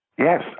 Yes